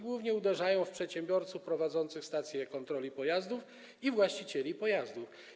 Głównie uderzają w przedsiębiorców prowadzących stacje kontroli pojazdów i właścicieli pojazdów.